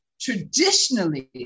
Traditionally